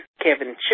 kevin